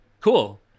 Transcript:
Cool